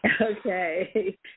Okay